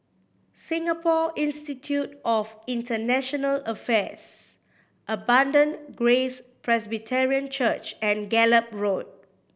Singapore Institute of International Affairs Abundant Grace Presbyterian Church and Gallop Road